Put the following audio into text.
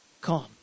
calm